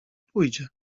pójdzie